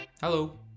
Hello